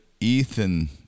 Ethan